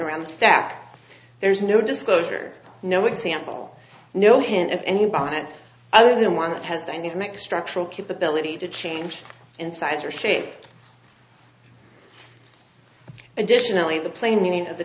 around stack there is no disclosure no example no hint of any bonnet other than one that has dynamic structural capability to change in size or shape additionally the plain meaning of the